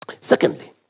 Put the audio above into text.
Secondly